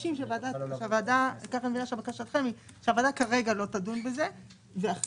מבקשים שהוועדה כרגע לא תדון בזה ואחרי